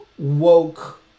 Woke